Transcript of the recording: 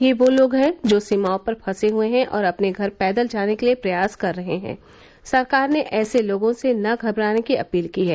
ये वो लोग हैं जो सीमाओं पर फंसे हुए हैं और अपने घर पैदल जाने के लिए प्रयास कर रहे हैं सरकार ने ऐसे लोगों से न घबराने की अपील की है